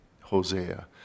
Hosea